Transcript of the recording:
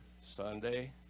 Sunday